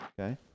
Okay